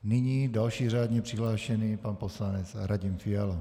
Nyní další řádně přihlášený pan poslanec Radim Fiala.